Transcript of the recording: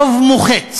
רוב מוחץ